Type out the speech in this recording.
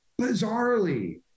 bizarrely